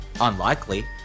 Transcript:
Unlikely